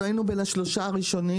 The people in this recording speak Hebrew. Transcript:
אנחנו היינו בן השלושה הראשונים,